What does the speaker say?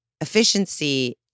efficiency